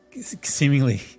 seemingly